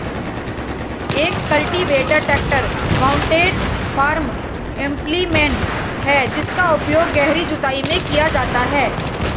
एक cultivator tractor mounted farm implement है जिसका उपयोग गहरी जुताई में किया जाता है